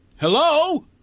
Hello